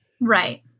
right